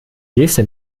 geste